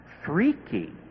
freaky